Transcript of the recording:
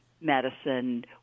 medicine